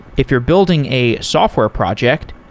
if you're building a software project,